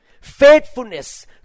faithfulness